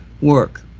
work